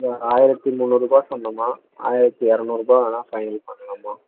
ஆயிரத்து முந்நுாறுரூபா சொன்னேமா ஆயிரத்து இரநூறுபா வேணால் ஃபைனல் பண்ணலாமா